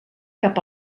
cap